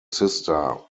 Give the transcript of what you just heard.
sister